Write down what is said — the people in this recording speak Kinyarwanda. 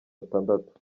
atandatu